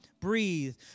breathe